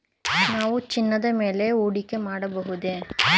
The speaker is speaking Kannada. ನಾವು ಚಿನ್ನದ ಮೇಲೆ ಹೂಡಿಕೆ ಮಾಡಬಹುದೇ?